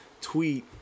tweet